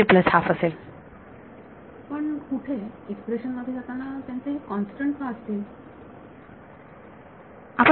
विद्यार्थी पण कुठे एक्सप्रेशन मध्ये जाताना त्यांचे हे कॉन्स्टंट का असतील Refer Time 1107